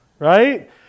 Right